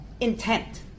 intent